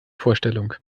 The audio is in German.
vorstellung